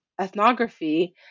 ethnography